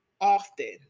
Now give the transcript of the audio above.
often